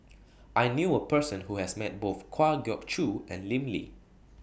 I knew A Person Who has Met Both Kwa Geok Choo and Lim Lee